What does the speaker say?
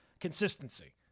consistency